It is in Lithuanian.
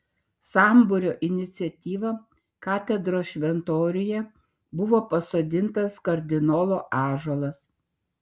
sambūrio iniciatyva katedros šventoriuje buvo pasodintas kardinolo ąžuolas